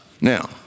Now